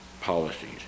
policies